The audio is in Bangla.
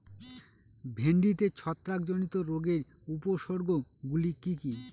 ভিন্ডিতে ছত্রাক জনিত রোগের উপসর্গ গুলি কি কী?